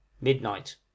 midnight